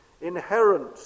inherent